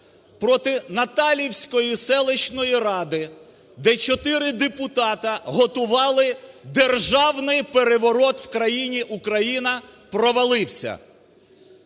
проти Наталівської селищної ради, де чотири депутати готували державний переворот в країні Україна, провалився.